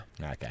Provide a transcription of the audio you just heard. okay